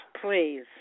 Please